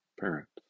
parents